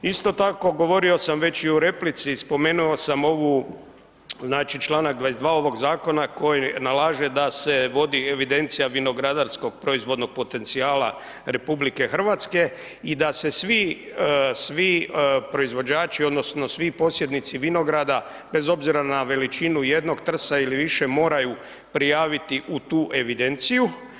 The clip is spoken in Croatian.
Isto tako govorio sam već i u replici i spomenuo sam ovu, znači članak 22. ovog Zakona koji nalaže da se vodi evidencija vinogradarskog proizvodnog potencijala Republike Hrvatske, i da se svi, svi proizvođači odnosno svi posjednici vinograda bez obzira na veličinu, jednog trsa ili više, moraju prijaviti u tu evidenciju.